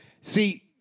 See